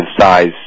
size